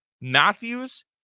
Matthews